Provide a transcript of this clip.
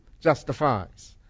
justifies